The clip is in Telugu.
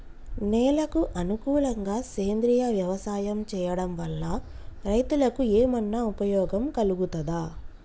నేలకు అనుకూలంగా సేంద్రీయ వ్యవసాయం చేయడం వల్ల రైతులకు ఏమన్నా ఉపయోగం కలుగుతదా?